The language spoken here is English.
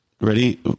ready